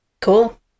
Cool